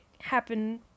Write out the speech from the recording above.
happen